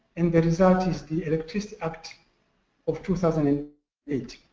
and the result is the electricity act of two thousand and eight.